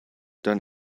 done